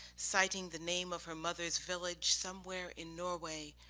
citing the name of her mother's village somewhere in norway,